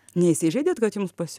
neįsižeidėt kad jums pasiū